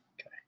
Okay